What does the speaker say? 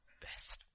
best